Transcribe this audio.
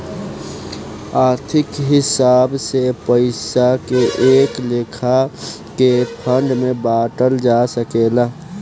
आर्थिक हिसाब से पइसा के कए लेखा के फंड में बांटल जा सकेला